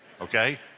okay